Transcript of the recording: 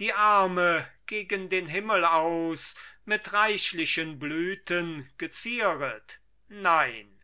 die arme gegen den himmel aus mit reichlichen blüten gezieret nein